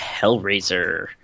Hellraiser